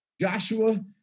Joshua